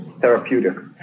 therapeutic